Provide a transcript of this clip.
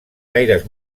gaires